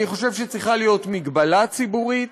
אני חושב שצריכה להיות הגבלה ציבורית